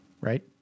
right